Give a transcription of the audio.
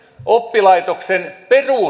oppilaitoksen